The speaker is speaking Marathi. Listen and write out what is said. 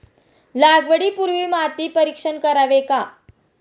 लागवडी पूर्वी माती परीक्षण करावे का?